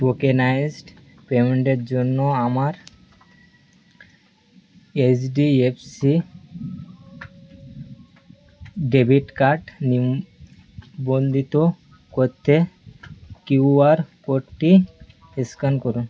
tokenised পেমেন্টের জন্য আমার H D F C debit card নিবন্ধিত করতে কিউ আর কোডটি স্ক্যান করুন